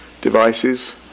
devices